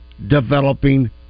developing